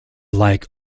like